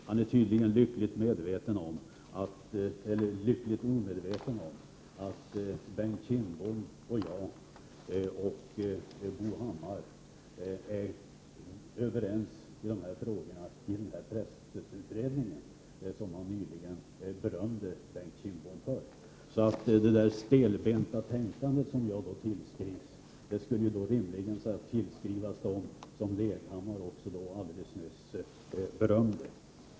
Han är tydligen lyckligt omedveten om att Bengt Kindbom, jag och Bo Hammar är överens i dessa frågor i presstödsutredningen — överens om det som han nyligen berömde Bengt Kindbom för. Det där stelbenta tänkandet som tillskrivs mig skulle då rimligen tillskrivas även dem som Hans Leghammar alldeles nyss berömde.